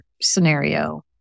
scenario